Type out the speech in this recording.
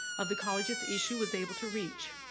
of the colleges issu was able to reach,